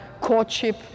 courtship